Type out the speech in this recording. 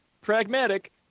pragmatic